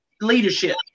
leadership